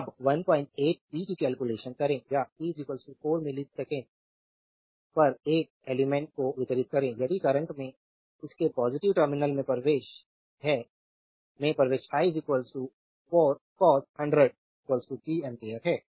अब 18 p की calculation करें या t 4 मिलीसेकंड पर एक एलिमेंट्स को वितरित करें यदि करंट में इसके पॉजिटिव टर्मिनल में प्रवेश i 4 cos 100 t एम्पियर है